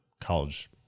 college